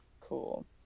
Cool